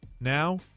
now